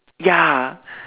ya